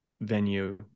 venue